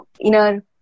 inner